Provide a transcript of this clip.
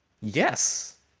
Yes